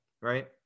right